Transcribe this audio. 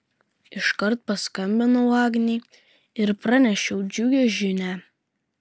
iškart paskambinau agnei ir pranešiau džiugią žinią